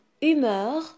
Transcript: humeur